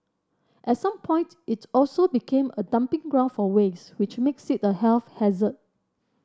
at some point it also became a dumping ground for waste which made it a sit health hazard